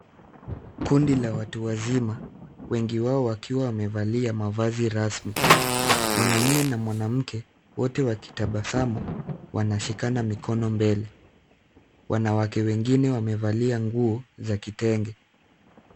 Kundi la watu wazima, wengi wao wakiwa wamevalia mavazi rasmi. Mwanamume na mwanamke wote wakitabasamu, wanashikana mikono mbele. Wanawake wengine wamevalia nguo za kitenge.